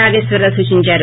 నాగేశ్వరరావు సూచించారు